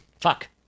fuck